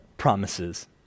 promises